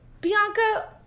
Bianca